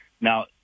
Now